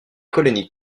colonies